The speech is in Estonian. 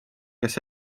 kes